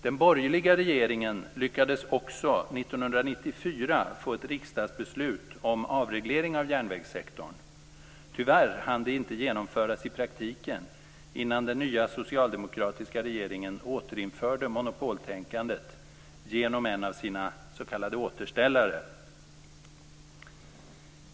Den borgerliga regeringen lyckades också 1994 få ett riksdagsbeslut om avreglering av järnvägssektorn. Tyvärr hann det inte genomföras i praktiken innan den nya socialdemokratiska regeringen återinförde monopoltänkandet genom en av sina s.k. återställare.